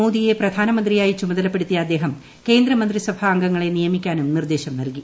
മോദിയെ പ്രധാനമന്ത്രിയായി പ്പുമ്ത്ലപ്പെടുത്തിയ അദ്ദേഹം കേന്ദ്ര മന്ത്രിസഭ അംഗങ്ങളെ നിയമ്പിക്കാനും നിർദ്ദേശം നൽകി